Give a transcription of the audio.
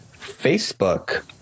Facebook